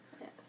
Yes